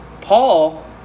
Paul